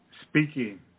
speaking